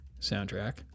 Soundtrack